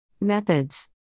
Methods